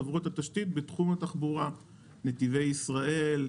חברות התשתית בתחום התחבורה: נתיבי ישראל,